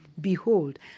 Behold